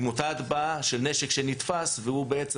עם אותה הטבעה של נשק שנתפס והוא בעצם